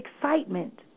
excitement